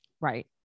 right